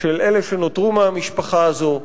של אלה שנותרו מהמשפחה הזאת,